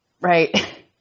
Right